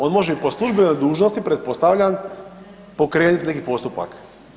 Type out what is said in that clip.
On može i po službenoj dužnosti, pretpostavljam, pokrenuti neki postupak?